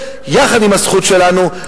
יחד עם הזכות שלנו,